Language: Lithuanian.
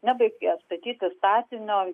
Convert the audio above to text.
nebaigė statyti statinio